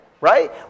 right